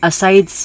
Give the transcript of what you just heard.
Aside